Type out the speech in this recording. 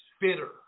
bitter